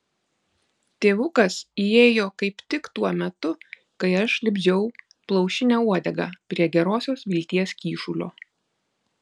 tėvukas įėjo kaip tik tuo metu kai aš lipdžiau plaušinę uodegą prie gerosios vilties kyšulio